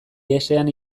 ihesean